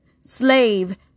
slave